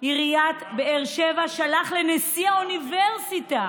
עיריית באר שבע שלח לנשיא האוניברסיטה